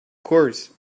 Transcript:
course